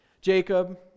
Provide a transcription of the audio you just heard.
Jacob